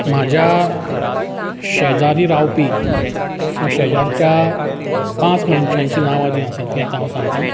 म्हज्या शेजारी रावपी किंवा शेजारच्या पांच मनशांचीं नांवां जीं आसा तीं आतां हांव सांगतां